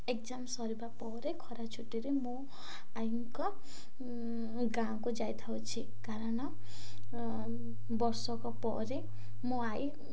exam ସରିବା ପରେ ଖରା ଛୁଟିରେ ମୁଁ ଆଇଙ୍କ ଗାଁକୁ ଯାଇଥାଉଛି କାରଣ ବର୍ଷକ ପରେ ମୋ ଆଇ